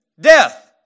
death